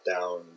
down